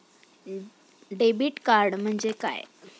Debit card म्हणजे काय?